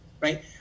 Right